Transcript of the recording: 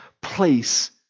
place